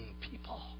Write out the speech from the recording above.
people